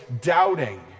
doubting